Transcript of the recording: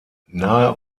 nahe